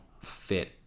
fit